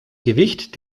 gewicht